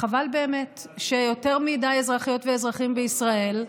חבל באמת שיותר מדי אזרחיות ואזרחים בישראל,